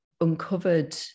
uncovered